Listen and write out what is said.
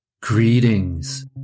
Greetings